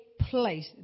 place